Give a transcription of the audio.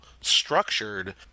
structured